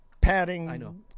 padding